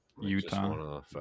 Utah